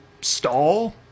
stall